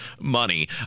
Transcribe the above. money